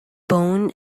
bone